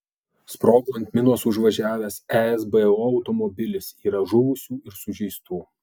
sprogo ant minos užvažiavęs esbo automobilis yra žuvusių ir sužeistų